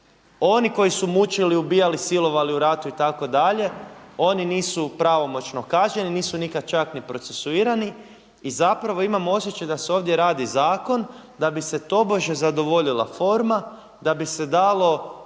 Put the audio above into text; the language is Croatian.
Oni koji su mučili, ubijali, silovali u ratu itd. oni nisu pravomoćno kažnjeni, nisu nikad čak ni procesuirani. I zapravo imamo osjećaj da se ovdje radi zakon da bi se tobože zadovoljila forma, da bi se dalo